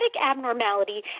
abnormality